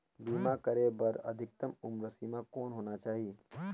बीमा करे बर अधिकतम उम्र सीमा कौन होना चाही?